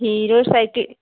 hero cycle